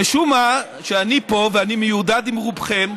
משום מה, כשאני פה, ואני מיודד עם רובכם,